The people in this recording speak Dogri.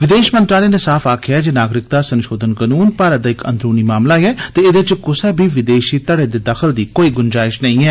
विदेश मंत्रालय नै साफ आक्खेया ऐ जे नागरिकता संशोधन कानून भारत दा अंदरुनी मामला ऐ ते एदे च क्सै बी विदेशी धड़े दे दखल दी कोई थाहर नेंई ऐ